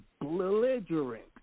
belligerent